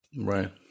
Right